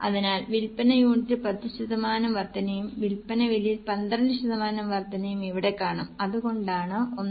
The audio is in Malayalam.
അതിനാൽ വിൽപ്പന യൂണിറ്റിൽ 10 ശതമാനം വർദ്ധനയും വില്പന വിലയിൽ 12 ശതമാനം വർദ്ധനവും ഇവിടെ കാണാം അതുകൊണ്ടാണ് 1